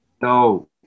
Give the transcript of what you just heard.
No